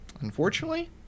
unfortunately